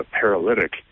paralytic